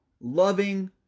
loving